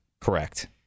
Correct